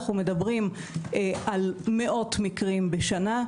אנחנו מדברים על מאות מקרים בשנה,